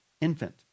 Infant